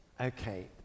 Okay